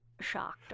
shocked